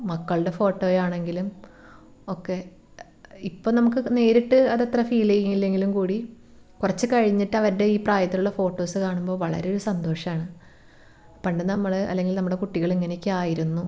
മക്കളുടെ ഫോട്ടോ ആണെങ്കിലും ഒക്കെ ഇപ്പോൾ നമുക്ക് നേരിട്ട് അതത്ര ഫീൽ ചെയ്യിലെങ്കിലും കൂടി കുറച്ചു കഴിഞ്ഞിട്ട് അവരുടെ ഈ പ്രായത്തിലുള്ള ഫോട്ടോസ് കാണുമ്പോ വളരെ ഒരു സന്തോഷമാണ് പണ്ട് നമ്മൾ അല്ലെങ്കിൽ നമ്മുടെ കുട്ടികൾ ഇങ്ങനെയൊക്കെയായിരുന്നു